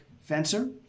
fencer